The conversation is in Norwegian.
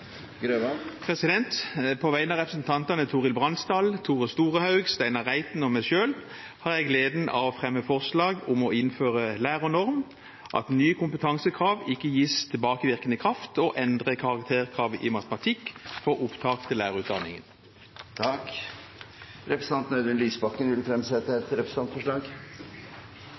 representantforslag. På vegne av representantene Torhild Bransdal, Tore Storehaug, Steinar Reiten og meg selv har jeg gleden av å fremme forslag om å innføre lærernorm, at nye kompetansekrav ikke gis tilbakevirkende kraft og endre karakterkravet i matematikk for opptak til lærerutdanningen. Representanten Audun Lysbakken vil fremsette hele ti representantforslag.